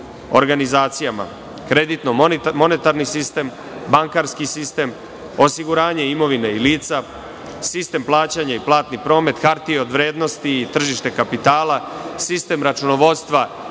organizacijama, kreditno monetarni sistem, banskarski sistem, osiguranje imovine i lica, sistem plaćanja i platni promet, hartije od vrednosti tržište kapitala, sistem računovodstva